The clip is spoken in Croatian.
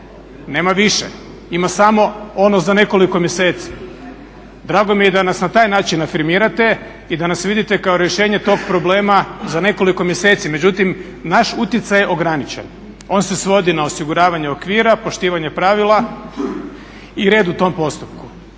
Nema više, ima samo ono za nekoliko mjeseci. Drago mi je da nas na taj način afirmirate i da nas vidite kao rješenje tog problema za nekoliko mjeseci, međutim naš utjecaj je ograničen. On se svodi na osiguravanje okvira, poštivanje pravila i red u tom postupku